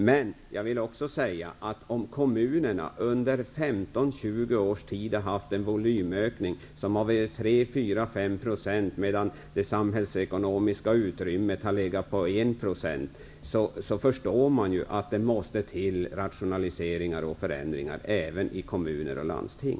Men jag vill också säga att om kommunerna under 15 -- 20 års tid har haft en volymökning som varit 3, 4 eller 5 % medan det samhällsekonomiska utrymmet har legat på 1 % är det förståeligt att det måste till rationaliseringar och förändringar även i kommuner och landsting.